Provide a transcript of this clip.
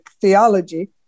theology